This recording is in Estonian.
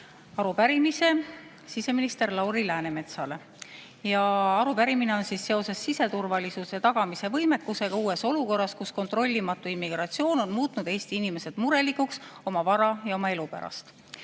arupärimise siseminister Lauri Läänemetsale. Arupärimine on siseturvalisuse tagamise võimekuse kohta uues olukorras, kus kontrollimatu immigratsioon on muutnud Eesti inimesed murelikuks oma vara ja oma elu